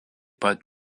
pat